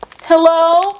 Hello